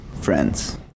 friends